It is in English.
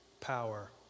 power